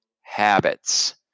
habits